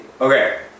Okay